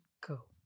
go